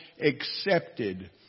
accepted